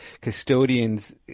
custodians